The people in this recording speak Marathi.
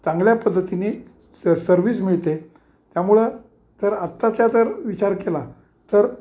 चांगल्या पद्धतीने स सर्विस मिळते त्यामुळं तर आत्ताचा जर विचार केला तर